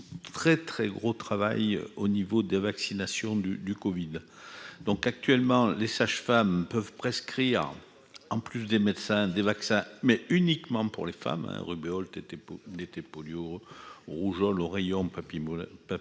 très très gros travail au niveau de vaccination du du Covid donc actuellement les sages-femmes peuvent prescrire en plus des médecins, des vaccins, mais uniquement pour les femmes 1, rubéole étais n'était polio rougeole, oreillons papi